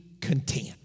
content